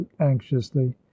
anxiously